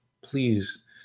please